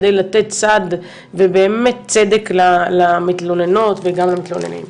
כדי לתת צעד ובאמת צדק למתלוננות וגם למתלוננים.